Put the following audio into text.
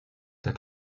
der